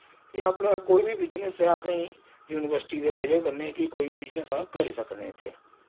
कि अपना कोई बी बिजनेस ऐ असेंई यूनिवर्सिटी दी बजह कन्नै कि कोई बी बिजनेस अस करी सकने इत्थै